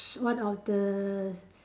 one of the